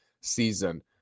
season